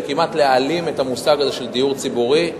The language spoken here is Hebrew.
וכמעט להעלים את המושג הזה של דיור ציבורי,